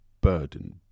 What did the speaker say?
burden